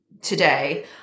today